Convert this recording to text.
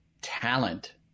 talent